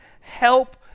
help